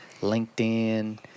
LinkedIn